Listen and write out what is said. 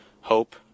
hope